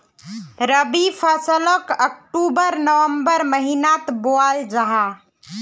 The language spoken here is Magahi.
रबी फस्लोक अक्टूबर नवम्बर महिनात बोआल जाहा